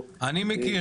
יופי, תודה.